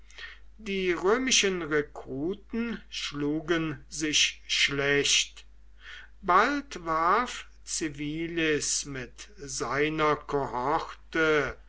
die römischen rekruten schlugen sich schlecht bald warf civilis mit seiner kohorte